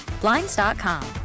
blinds.com